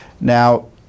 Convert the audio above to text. Now